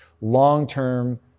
long-term